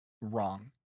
wrong